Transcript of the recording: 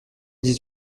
dix